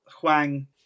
Huang